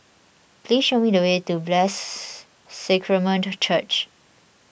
please show me the way to Blessed Sacrament Church